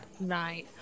Right